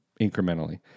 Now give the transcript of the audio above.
incrementally